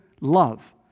love